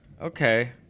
okay